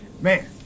man